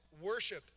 worship